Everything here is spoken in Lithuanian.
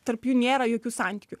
tarp jų nėra jokių santykių